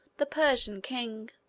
the persian king.